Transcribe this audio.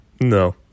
No